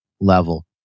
level